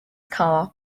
car